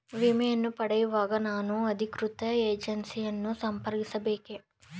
ವಿಮೆಯನ್ನು ಪಡೆಯುವಾಗ ನಾನು ಅಧಿಕೃತ ಏಜೆನ್ಸಿ ಯನ್ನು ಸಂಪರ್ಕಿಸ ಬೇಕೇ?